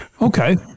Okay